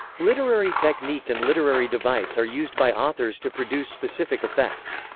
literary technique and literary device are used by authors to produce specific effects.